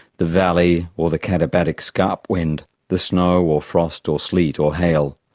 the valley or the katabatic scarp wind, the snow or frost or sleet or hail.